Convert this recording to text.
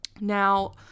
Now